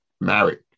married